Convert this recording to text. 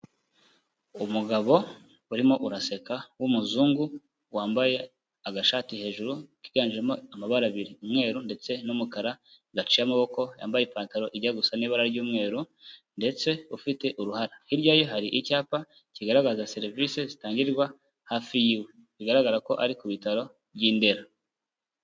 Umugabo urimo uraseka w'umuzungu, wambaye agashati hejuru kiganjemo amabara abiri, umweru ndetse n'umukara gaciye amaboko, yambaye ipantaro ijya gusa n'ibara ry'umweru ndetse ufite uruhara, hirya ye hari icyapa kigaragaza serivisi zitangirwa hafi yiwe bigaragara ko ari ku bitaro by'i Ndera.